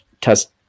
test